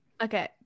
Okay